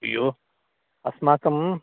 अय्यो अस्माकम्